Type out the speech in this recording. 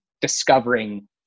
discovering